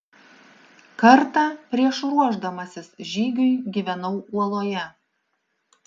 kartą prieš ruošdamasis žygiui gyvenau uoloje